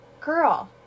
girl